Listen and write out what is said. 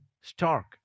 stark